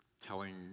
telling